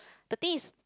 the things